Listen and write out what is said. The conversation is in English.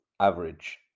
average